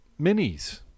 Minis